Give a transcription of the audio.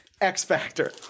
x-factor